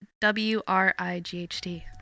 W-R-I-G-H-T